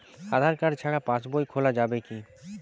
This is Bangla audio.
আধার কার্ড ছাড়া পাশবই খোলা যাবে কি?